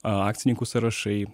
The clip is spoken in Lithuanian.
akcininkų sąrašai